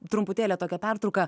trumputėlę tokią pertrauka